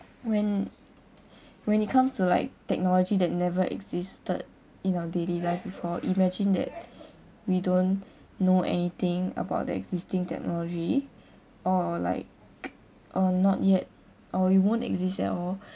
when when it comes to like technology that never existed in our daily life before imagine that we don't know anything about the existing technology or like or not yet or it won't exist at all